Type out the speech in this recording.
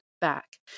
back